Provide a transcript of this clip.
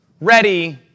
ready